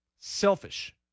selfish